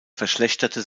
verschlechterte